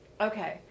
okay